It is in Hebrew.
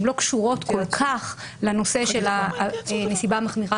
הן לא קשורות כל כך לנושא של הנסיבה המחמירה